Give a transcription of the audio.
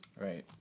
Right